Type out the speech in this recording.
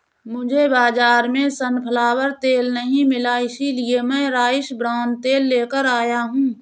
मुझे बाजार में सनफ्लावर तेल नहीं मिला इसलिए मैं राइस ब्रान तेल लेकर आया हूं